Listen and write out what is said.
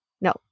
No